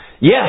Yes